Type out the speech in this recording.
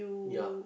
ya